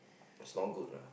its not good lah